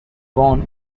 born